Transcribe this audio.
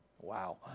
Wow